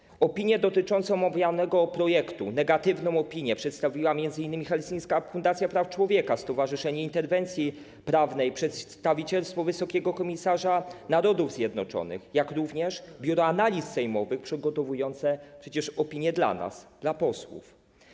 Negatywną opinię dotyczącą omawianego projektu przedstawiły m.in. Helsińska Fundacja Praw Człowieka, Stowarzyszenie Interwencji Prawnej, przedstawicielstwo wysokiego komisarza Narodów Zjednoczonych, jak również Biuro Analiz Sejmowych przygotowujące przecież opinie dla nas, dla posłów.